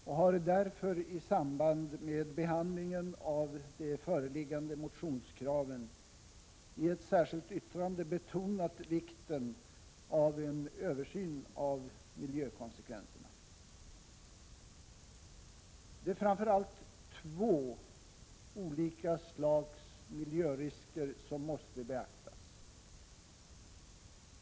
Vi har därför i samband med behandlingen av de föreliggande motionskraven i ett särskilt yttrande betonat vikten av en översyn av miljökonsekvenserna. Det är framför allt två olika slags miljörisker som måste beaktas.